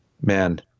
Man